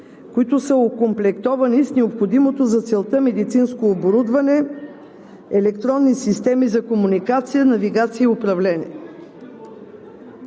които са окомплектовани с необходимото за целта медицинско оборудване, електронни системи за комуникация, навигация и управление.